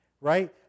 Right